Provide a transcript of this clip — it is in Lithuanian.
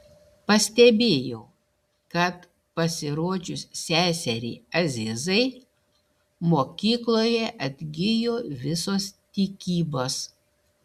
pastebėjau kad pasirodžius seseriai azizai mokykloje atgijo visos tikybos